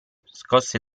scosse